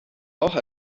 auch